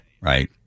right